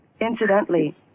Incidentally